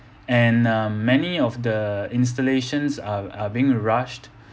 and um many of the installations are are being rushed